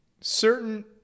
certain